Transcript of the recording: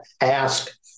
ask